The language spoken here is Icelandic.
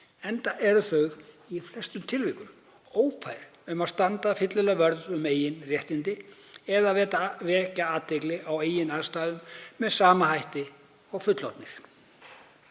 enda eru þau í flestum tilvikum ófær um að standa fyllilega vörð um eigin réttindi eða vekja athygli á eigin aðstæðum með sama hætti og fullorðnir.